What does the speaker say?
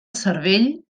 cervell